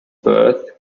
birth